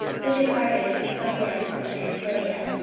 who departed from them from pamphylia,